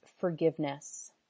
Forgiveness